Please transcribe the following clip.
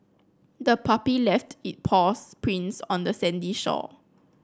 the puppy left it paws prints on the sandy shore